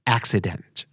Accident